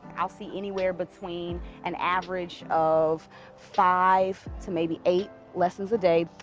i'll see anywhere between an average of five to maybe eight lessons a day.